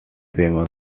famous